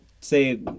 say